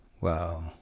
wow